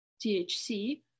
THC